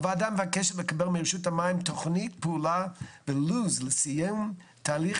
הוועדה מבקשת לקבל מרשות המים תוכנית פעולה ולו"ז לסיים תהליך